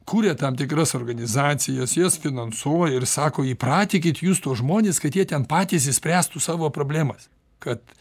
kuria tam tikras organizacijas jas finansuoja ir sako įpratinkit jūs tuos žmones kad jie ten patys išspręstų savo problemas kad